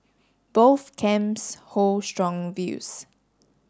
both camps hold strong views